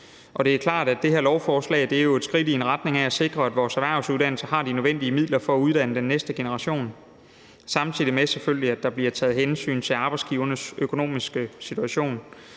det her lovforslag jo er et skridt i retning af at sikre, at vores erhvervsuddannelser har de nødvendige midler for at uddanne den næste generation, selvfølgelig samtidig med at der bliver taget hensyn til arbejdsgivernes økonomiske situation.